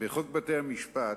בחוק בתי-המשפט,